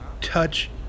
touch